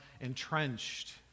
entrenched